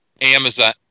Amazon